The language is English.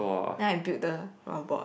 then I build the robot